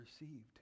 received